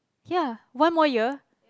ya one more year